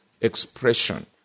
expression